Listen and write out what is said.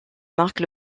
marque